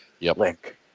link